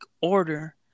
order